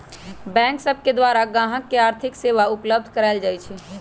bank सब के द्वारा गाहक के आर्थिक सेवा उपलब्ध कराएल जाइ छइ